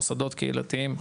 מוסדות קהילתיים,